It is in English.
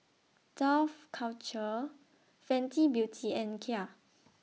Dough Culture Fenty Beauty and Kia